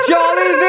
Jolly